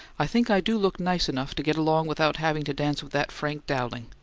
i think i do look nice enough to get along without having to dance with that frank dowling!